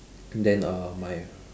then uh my